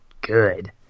good